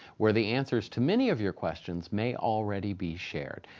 where the answers to many of your questions may already be shared.